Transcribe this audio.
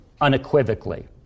unequivocally